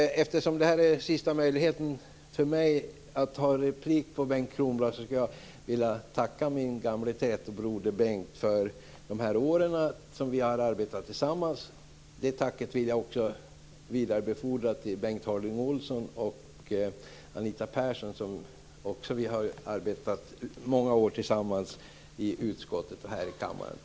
Eftersom det är min sista möjlighet till replik på Bengt Kronblad vill jag passa på att tacka min gamle trätobroder Bengt för de år vi har arbetat tillsammans. Samma tack vill jag rikta till Bengt Harding Olson och Anita Persson. Också vi har under många år arbetat tillsammans både i utskottet och här i kammaren.